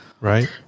Right